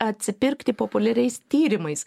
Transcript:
atsipirkti populiariais tyrimais